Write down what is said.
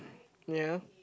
ya